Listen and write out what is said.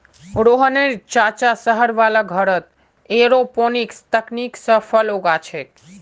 रोहनेर चाचा शहर वाला घरत एयरोपोनिक्स तकनीक स फल उगा छेक